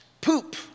poop